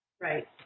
Right